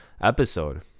episode